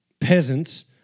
peasants